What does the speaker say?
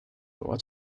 what